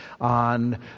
on